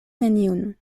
neniun